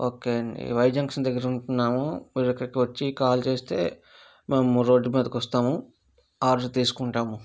okay Y junction దగ్గర ఉంటున్నాము అక్కడికి వచ్చి కాల్ చేస్తే మేము రోడ్ మీదకి వస్తాము ఆర్డర్ తీసుకుంటాము